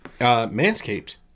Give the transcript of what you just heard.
manscaped